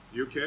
UK